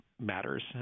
matters